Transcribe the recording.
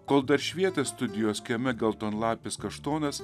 kol dar švietė studijos kieme geltonlapis kaštonas